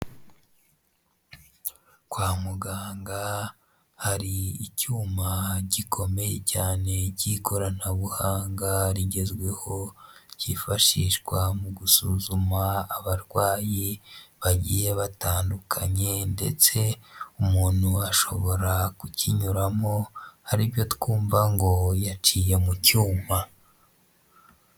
Kwa muganga hari icyuma gikomeye cyane cy'ikoranabuhanga rigezweho cyifashishwa mu gusuzuma abarwayi bagiye batandukanye ndetse umuntu ashobora kukinyuramo aribyo twumva ngo yaciye mu cyuma.